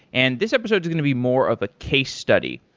and this episode is going to be more of a case study.